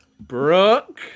Brooke